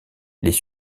les